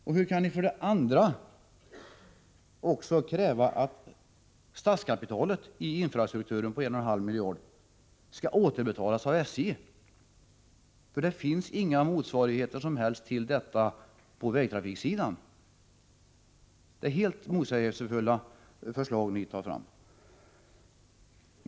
Och hur kan ni vidare kräva att ett statskapital i infrastrukturen på 1,3 miljarder skall återbetalas av SJ? Det finns inga som helst motsvarigheter till detta på vägtrafiksidan. Det är helt motsägelsefulla förslag ni lägger fram!